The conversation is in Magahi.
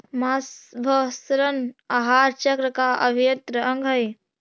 माँसभक्षण आहार चक्र का अभिन्न अंग हई